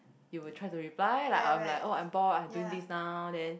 he will try to reply like uh I'm like I'm bored I'm doing this now then